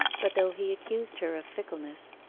but though he accused her of fickleness,